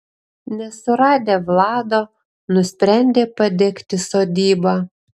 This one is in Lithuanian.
nesuradę vlado nusprendė padegti sodybą